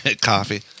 coffee